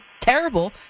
terrible